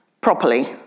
properly